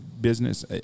business